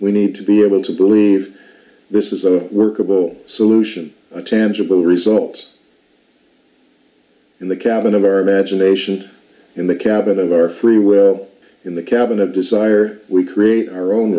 we need to be able to believe this is a workable solution a tangible result in the cabin of our imagination in the cabin of our free will in the cabin of desire we create our own